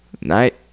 Night